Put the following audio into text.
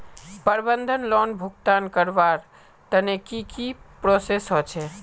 प्रबंधन लोन भुगतान करवार तने की की प्रोसेस होचे?